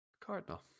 Cardinal